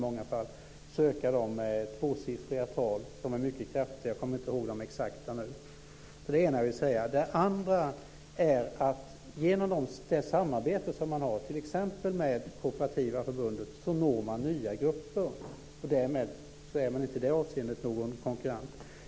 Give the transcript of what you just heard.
De kan sökas i tvåsiffriga tal - jag kommer inte ihåg de exakta talen. Genom samarbetet med t.ex. Kooperativa förbundet når man nya grupper. I det avseendet är man inte någon konkurrent.